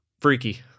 freaky